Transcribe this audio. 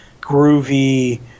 groovy